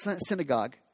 synagogue